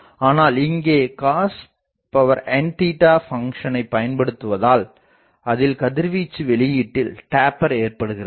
ஆனால் இங்கே cosn பங்க்ஸனை பயன்படுத்துவதால் அதில் கதிர்வீச்சு வெளியீட்டில் டேப்பர் ஏற்படுகிறது